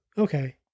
Okay